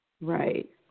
right